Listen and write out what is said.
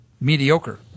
mediocre